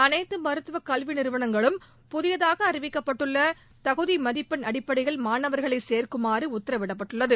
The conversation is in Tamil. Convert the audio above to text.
அனைத்து மருத்துவ கல்வி நிறுவளங்களும் புதியதாக அறிவிக்கப்பட்டுள்ள தகுதி மதிப்பெண் அடிப்படையில் மாணவர்களை சேர்க்குமாறு உத்தரவிடப்பட்டுள்ளது